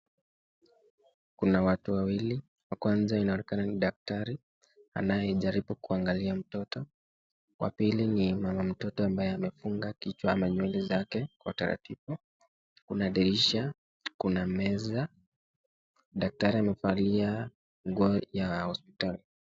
Kuna watu wawili, wa kwanza inaonekana ni daktari anayejaribu kuangalia mtoto. Wa pili ni mama mtoto ambaye amefunga kichwa ama nywele zake kwa taratibu. Kuna dirisha, kuna meza. Daktari amevalia nguo ya hospitali.